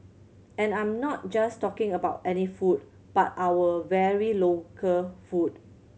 and I'm not just talking about any food but our very local food